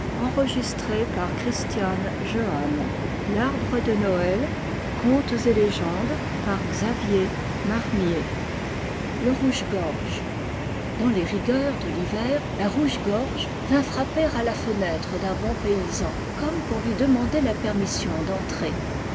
le rouge gouge dans les rigueurs de l'hiver un rouge-gorge vint frapper à la fenêtre d'un bon paysan comme pour lui demander la permission d'entrer